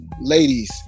ladies